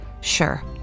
Sure